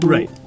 Right